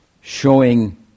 showing